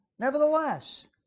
Nevertheless